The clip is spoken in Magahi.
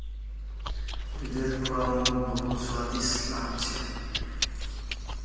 दूधेर खुआ मोक बहुत स्वादिष्ट लाग छ